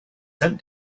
sent